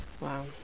Wow